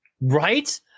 Right